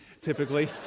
typically